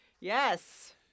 Yes